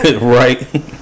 Right